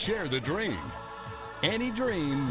share the dream any dream